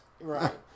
Right